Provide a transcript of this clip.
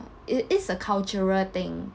it is a cultural thing